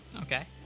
Okay